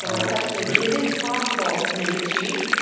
like question is is it possible to make it cheap,